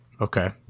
Okay